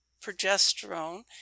progesterone